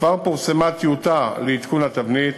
כבר פורסמה טיוטה לעדכון התבנית.